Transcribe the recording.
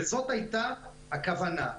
זאת הייתה הכוונה.